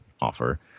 offer